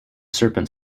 serpent